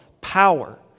power